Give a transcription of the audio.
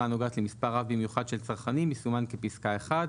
הנוגעת למספר רב במיוחד של צרכנים" יסומן כפסקה (1),